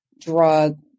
drug